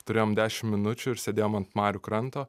turėjom dešim minučių ir sėdėjom ant marių kranto